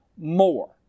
more